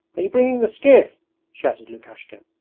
are you bringing the skiff shouted lukashka.